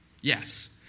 Yes